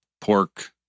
pork